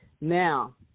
Now